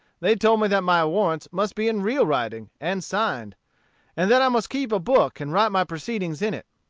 they told me that my warrants must be in real writing and signed and that i must keep a book and write my proceedings in it.